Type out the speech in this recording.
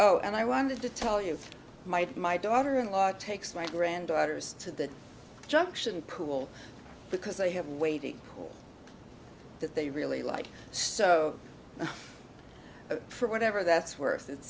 oh and i wanted to tell you my my daughter in law takes my granddaughters to the junction pool because they have a waiting that they really like so for whatever that's worth it